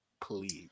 please